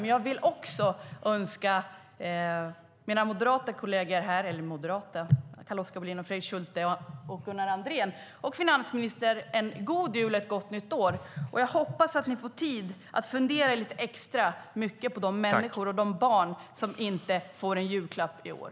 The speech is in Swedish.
Men jag vill också önska mina kolleger Carl-Oskar Bohlin, Fredrik Schulte, Gunnar Andrén och finansministern och talmannen en god jul och ett gott nytt år. Jag hoppas att ni får tid att fundera lite extra mycket på de människor och de barn som inte får en julklapp i år.